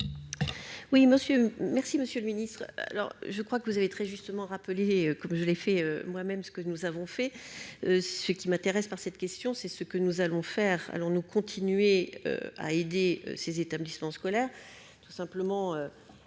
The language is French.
merci monsieur le ministre, alors je crois que vous avez très justement rappelé comme je l'ai fait moi-même ce que nous avons fait ce qui m'intéresse, par cette question, c'est ce que nous allons faire allons-nous continuer à aider ces établissements scolaires